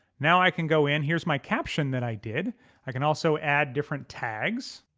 now i can go in here's my caption that i did i can also add different tags.